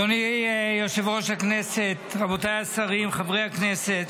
אדוני יושב-ראש הכנסת, רבותיי השרים, חברי הכנסת,